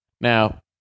Now